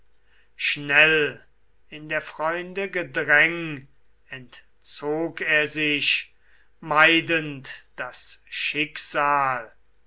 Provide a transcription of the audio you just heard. und in der freunde gedräng entzog er sich meidend das schicksal